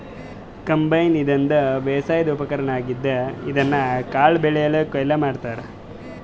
combine ಇದೊಂದ್ ಬೇಸಾಯದ್ ಉಪಕರ್ಣ್ ಆಗಿದ್ದ್ ಇದ್ರಿನ್ದ್ ಕಾಳ್ ಬೆಳಿಗೊಳ್ ಕೊಯ್ಲಿ ಮಾಡ್ತಾರಾ